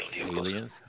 Aliens